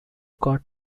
got